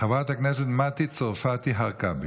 חברת הכנסת מטי צרפתי הרכבי.